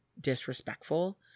disrespectful